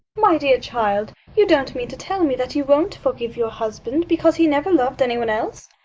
my dear child, you don't mean to tell me that you won't forgive your husband because he never loved any one else?